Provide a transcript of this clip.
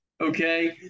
Okay